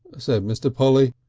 said mr. polly,